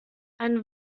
ein